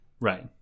Right